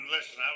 Listen